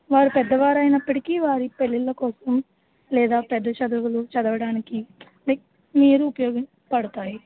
వారు పెద్దవారు అయినప్పటికీ వాళ్ళ పెళ్ళిళ్ళ కోసం లేదా పెద్ద చదువులు చదవడానికి మీరు ఉపయోగపడతాయి